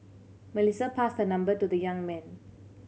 Melissa passed her number to the young man